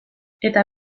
eta